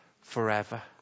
forever